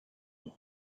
and